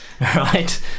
right